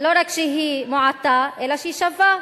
לא רק שהיא מועטה, אלא שהיא שווה.